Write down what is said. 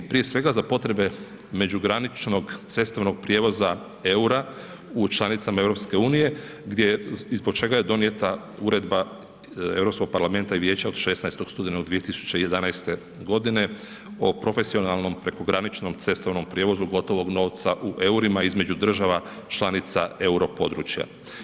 Prije svega za potrebe međugraničnog cestovnog prijevoza eura u članicama EU ispod čega je donijeta Uredba Europskog parlamenta i Vijeća od 16. studenog 2011. godine o profesionalnom prekograničnom cestovnom prijevozu gotovog novca u eurima između država članica euro područja.